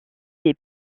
des